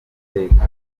bw’iteka